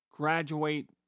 graduate